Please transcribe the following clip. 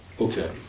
Okay